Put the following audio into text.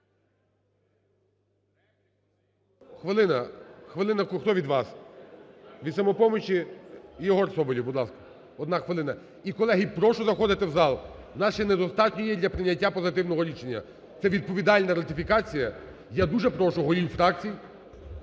Хвилина. Хвилина… Хто від вас? Від "Самопомочі" Єгор Соболєв, будь ласка. Одна хвилина. І, колеги, прошу заходити в зал. Нас ще недостатньої є для прийняття позитивного рішення. Це відповідальна ратифікація. Я дуже прошу голів фракцій